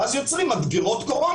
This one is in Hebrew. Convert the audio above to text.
ואז יוצרים מדגרות קורונה.